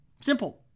Simple